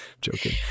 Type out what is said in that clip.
joking